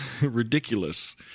Ridiculous